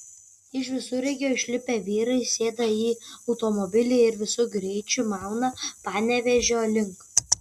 iš visureigio išlipę vyrai sėda į automobilį ir visu greičiu mauna panevėžio link